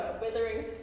withering